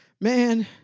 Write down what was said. man